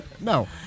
No